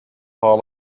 hall